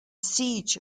siege